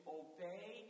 obey